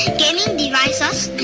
gaming devices,